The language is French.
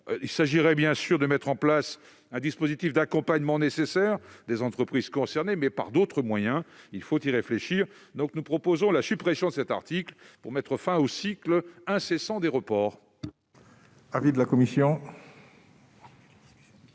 Il s'agirait, bien sûr, de mettre en place un dispositif d'accompagnement nécessaire des entreprises concernées, mais par d'autres moyens. Il faut y réfléchir. Nous proposons donc la suppression de cet article 2 pour mettre fin au cycle incessant des reports.